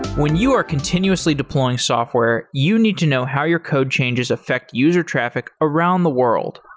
when you are continuously deploying software, you need to know how your code changes affect user traffic around the world.